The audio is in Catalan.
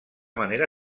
manera